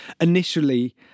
Initially